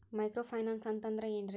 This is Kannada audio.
ಮೈಕ್ರೋ ಫೈನಾನ್ಸ್ ಅಂತಂದ್ರ ಏನ್ರೀ?